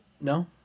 No